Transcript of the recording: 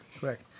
Correct